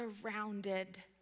surrounded